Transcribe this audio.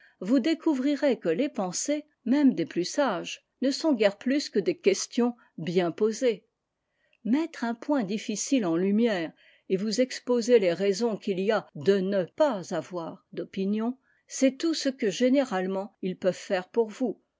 vous découvrirez que les pensées même des plus sages ne sont guère plus que des questions bien posées mettre un point difficile en lumière et vous exposer les raisons qu'il y a de ne pas avoir d'opinion c'est tout ce que généralement ils peuvent faire pour vous